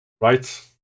Right